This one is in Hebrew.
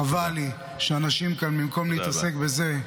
חבל לי שאנשים פה, במקום להתעסק בזה,